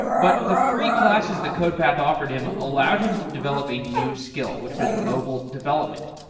but the free classes that codepath offered him allowed him to develop a new skill, which was mobile development.